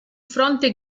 fronte